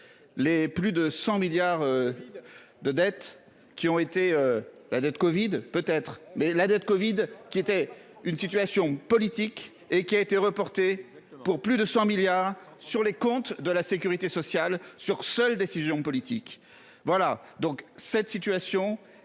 Les plus de 100 milliards. De dettes qui ont été la dette Covid peut être mais la dette Covid. Qui était une situation politique et qui a été reporté pour plus de 100 milliards sur les comptes de la Sécurité sociale sur seule décision politique. Voilà donc cette situation